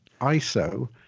iso